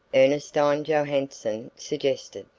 ernestine johanson suggested.